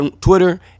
Twitter